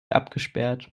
abgesperrt